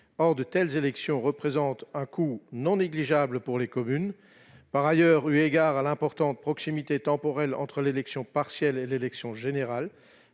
Or de telles élections représentent un coût non négligeable pour les communes, par ailleurs, eu égard à l'importante proximité temporelle entre l'élection partielle et l'élection générale,